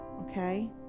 okay